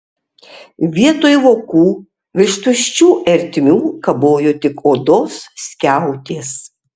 vietoj vokų virš tuščių ertmių kabojo tik odos skiautės